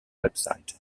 website